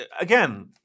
again